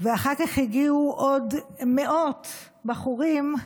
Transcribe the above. ואחר כך הגיעו עוד מאות בחורים.